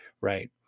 right